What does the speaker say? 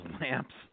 lamps